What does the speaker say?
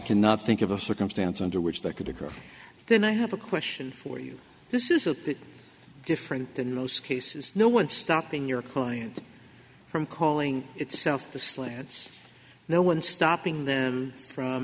cannot think of a circumstance under which that could occur then i have a question for you this is a bit different than in most cases no one stopping your client from calling itself the slants no one stopping them from